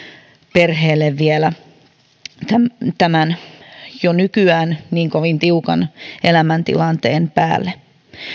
perheelle vielä tämän jo nykyään niin kovin tiukan elämäntilanteen päälle